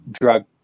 drug